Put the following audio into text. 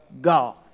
God